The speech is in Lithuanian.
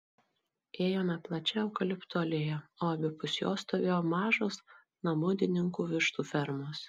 ėjome plačia eukaliptų alėja o abipus jos stovėjo mažos namudininkų vištų fermos